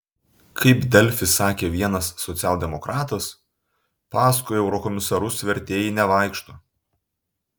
kaip delfi sakė vienas socialdemokratas paskui eurokomisarus vertėjai nevaikšto